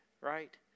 right